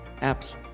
apps